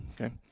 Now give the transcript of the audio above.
okay